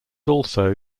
also